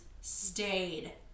stayed